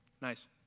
nice